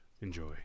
Enjoy